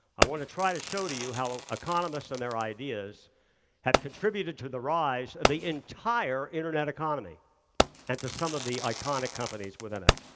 i want to try to show to you how economists and their ideas have contributed to the rise of the entire internet economy and to some of the iconic companies within it.